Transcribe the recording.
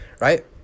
right